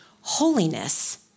holiness